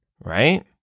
right